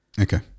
Okay